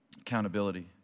Accountability